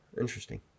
Interesting